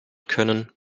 können